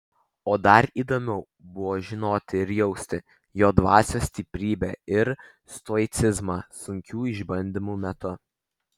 o dar įdomiau buvo žinoti ir jausti jo dvasios stiprybę ir stoicizmą sunkių išbandymų metu